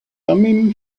thummim